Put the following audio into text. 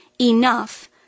Enough